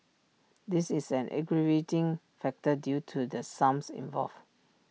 this is an aggravating factor due to the sums involved